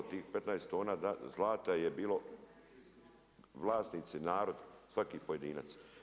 Tih 15 tona zlata je bilo vlasnici narod, svaki pojedinac.